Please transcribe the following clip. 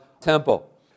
temple